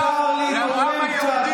מותר להתרומם קצת,